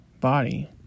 body